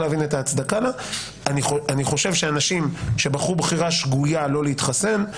אני חושב שאנשים שבחרו בחירה שגויה לא להתחסן,